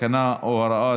תקנה או הוראת